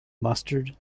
mustard